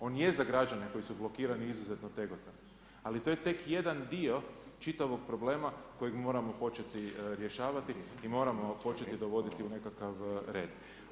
On je za građane koji su blokirani izuzetno tegotan, ali to je tek jedan dio čitavog problema kojeg mi moramo početi rješavati i moramo početi dovoditi u nekakav red.